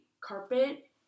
carpet